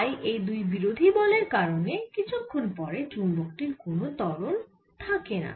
তাই এই দুই বিরোধী বলের কারণে কিছুক্ষন পর চুম্বকটির কোন ত্বরণ থাকেনা